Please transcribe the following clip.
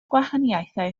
gwahaniaethau